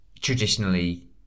traditionally